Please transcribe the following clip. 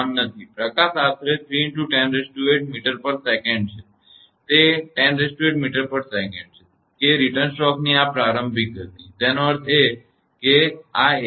પ્રકાશ આશરે 3×108 msec છે તે 108 msec છે કે રીટર્ન સ્ટ્રોકની આ પ્રારંભિક ગતિ તેનો અર્થ એ કે આ એક